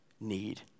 need